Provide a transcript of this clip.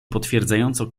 potwierdzająco